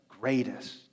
greatest